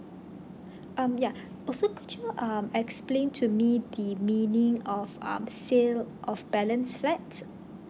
um yeah also could you um explain to me the meaning of um the sales of balance flats